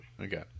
Okay